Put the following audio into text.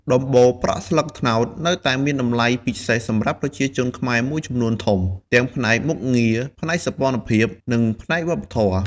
ដំបូលប្រក់ស្លឹកត្នោតនៅតែមានតម្លៃពិសេសសម្រាប់ប្រជាជនខ្មែរមួយចំនួនធំ ទាំងផ្នែកមុខងារ ផ្នែកសោភ័ណភាព និងផ្នែកវប្បធម៌។